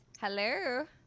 hello